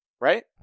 right